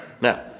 Now